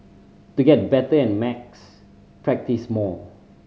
to get better at maths practise more